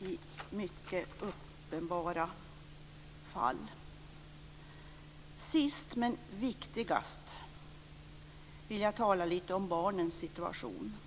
i mycket uppenbara fall. Sist vill jag tala litet om barnens situation, som är viktigast.